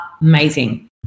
amazing